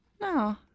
No